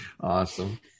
awesome